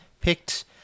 picked